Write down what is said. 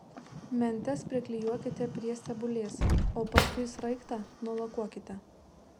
mentes priklijuokite prie stebulės o paskui sraigtą nulakuokite